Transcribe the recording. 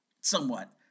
somewhat